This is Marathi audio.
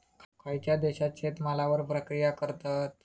खयच्या देशात शेतमालावर प्रक्रिया करतत?